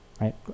right